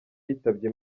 yitabye